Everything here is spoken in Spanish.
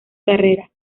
carrera